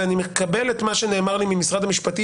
ואני מקבל את מה שנאמר לי ממשרד המשפטים